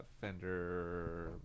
Fender